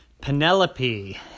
Penelope